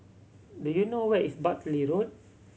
do you know where is Bartley Road